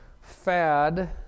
fad